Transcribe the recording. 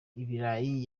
ibirayi